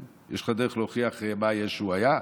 יש לך דרך להוכיח מה ישו היה?